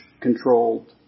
controlled